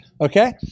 okay